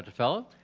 and fellow?